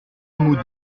remous